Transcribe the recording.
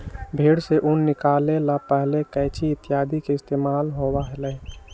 भेंड़ से ऊन निकाले ला पहले कैंची इत्यादि के इस्तेमाल होबा हलय